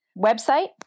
website